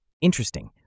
Interesting